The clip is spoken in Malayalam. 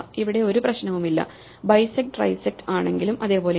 ഇവിടെ ഒരു പ്രശ്നവുമില്ല ബൈസെക്റ്trisect ആണെങ്കിലും അതെ പോലെയാണ്